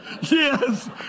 Yes